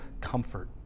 comfort